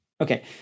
Okay